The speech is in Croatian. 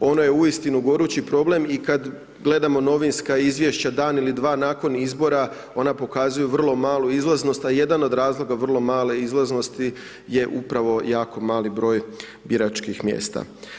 ono je uistinu gorući problem i kada gledamo novinska izvješća dan ili dva nakon izbora ona pokazuju vrlo malu izlaznost, a jedan od razloga vrlo male izlaznosti je upravo jako mali broj biračkih mjesta.